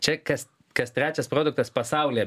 čia kas kas trečias produktas pasaulyje